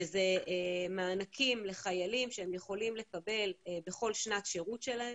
שזה מענקים לחיילים שהם יכולים לקבל בכל שנת שירות שלהם.